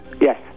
Yes